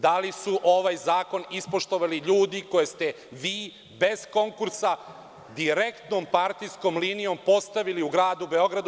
Da li su ovaj zakon ispoštovali ljudi koje ste vi bez konkursa direktnom partijskom linijom postavili u gradu Beogradu?